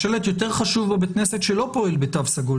השלט היותר חשוב בבית כנסת שלא פועל בתו סגול.